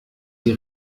die